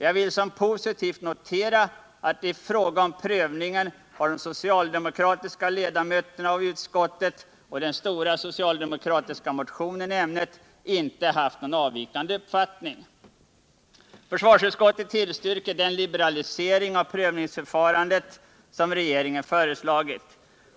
Jag vill som positivt notera att ifråga om prövningen har de socialdemokratiska ledamöterna i utskottet och motionärerna bakom den stora socialdemokratiska motionen i ämnet inte haft någon avvikande uppfattning. Försvarsutskottet tillstyrker den liberalisering av prövningsförfarandet som regeringen föreslagit.